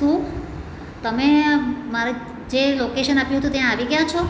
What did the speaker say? શું તમે મારે જે લોકેસન આપ્યું હતું ત્યાં આવી ગયા છો